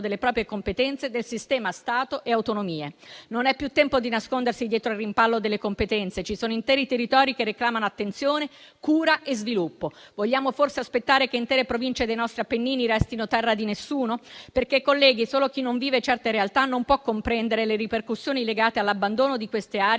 delle proprie competenze del sistema Stato e autonomie. Non è più tempo di nascondersi dietro il rimpallo delle competenze: ci sono interi territori che reclamano attenzione, cura e sviluppo. Vogliamo forse aspettare che intere Province dei nostri Appennini restino terra di nessuno? Colleghi, solo chi non vive certe realtà non può comprendere le ripercussioni legate all'abbandono di quelle aree,